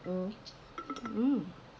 mm mm